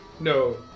No